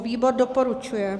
Výbor doporučuje.